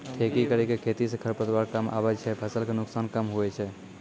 ठेकी करी के खेती से खरपतवार कमआबे छै फसल के नुकसान कम हुवै छै